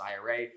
IRA